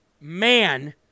man